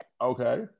Okay